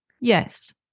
Yes